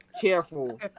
careful